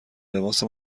لباس